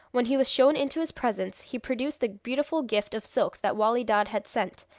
when he was shown into his presence he produced the beautiful gift of silks that wali dad had sent,